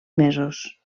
mesos